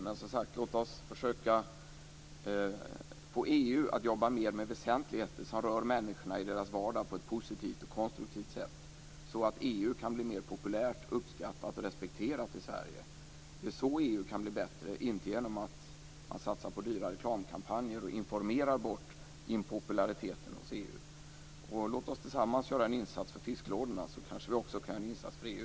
Men låt oss, som sagt, försöka få EU att mer jobba med väsentligheter som rör människorna i deras vardag på ett positivt och konstruktivt sätt, så att EU kan bli mer populärt, uppskattat och respekterat i Sverige. Det är så EU kan bli bättre, inte genom att satsa på dyra reklamkampanjer för att informera bort EU:s impopularitet. Låt oss tillsammans göra en insats för fisklådorna, så kan det kanske också bli en insats för EU.